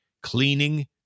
cleaning